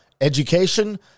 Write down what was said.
education